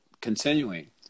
continuing